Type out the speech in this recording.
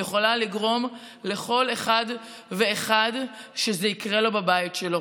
יכולה לגרום לכל אחד ואחד שזה יקרה לו בבית שלו.